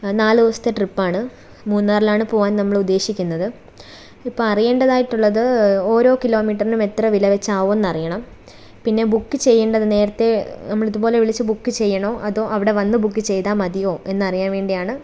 നാലു ദിവസത്തെ ട്രിപ്പാണ് മൂന്നാറിലാണ് പോവാൻ നമ്മളുദ്ദേശിക്കുന്നത് ഇപ്പോൾ അറിയേണ്ടതായിട്ടുള്ളത് ഓരോ കിലോമീറ്ററിനും എത്ര വില വെച്ചാവും എന്നറിയണം പിന്നെ ബുക്ക് ചെയ്യേണ്ടത് നേരത്തെ നമ്മളിതുപോലെ വിളിച്ചു ബുക്ക് ചെയ്യണോ അതോ അവിടെ വന്ന് ബുക്ക് ചെയ്താൽ മതിയോ എന്ന് അറിയാൻ വേണ്ടിയാണ്